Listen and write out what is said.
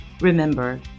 Remember